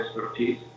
expertise